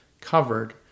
covered